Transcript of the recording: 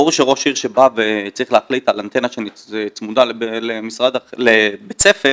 ברור שראש עיר שבא וצריך להחליט על אנטנה שצמודה לבית ספר